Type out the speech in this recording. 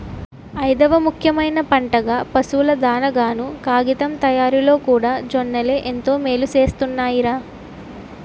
ఐదవ ముఖ్యమైన పంటగా, పశువుల దానాగాను, కాగితం తయారిలోకూడా జొన్నలే ఎంతో మేలుసేస్తున్నాయ్ రా